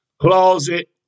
closet